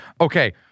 Okay